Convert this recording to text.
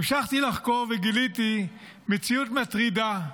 המשכתי לחקור וגיליתי מציאות מטרידה: